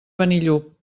benillup